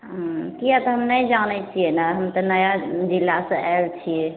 किएक तऽ हम नहि जानय छियै ने हम तऽ नया जिलासँ आयल छियै